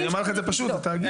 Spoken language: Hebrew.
אני אומר לך את זה פשוט, זה תאגיד.